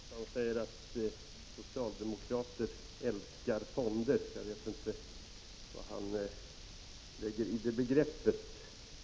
Fru talman! Alf Wennerfors säger att socialdemokraterna älskar fonder. Jag vet inte vad han lägger i det begreppet.